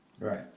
Right